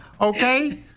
okay